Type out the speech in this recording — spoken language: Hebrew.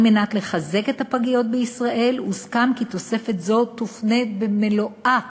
על מנת לחזק את הפגיות בישראל הוסכם כי תוספת זו תופנה במלואה